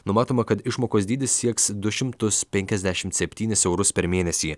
numatoma kad išmokos dydis sieks du šimtus penkiasdešimt septynis eurus per mėnesį